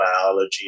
biology